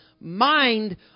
mind